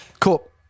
Cool